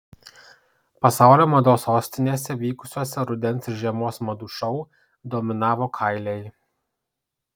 pasaulio mados sostinėse vykusiuose rudens ir žiemos madų šou dominavo kailiai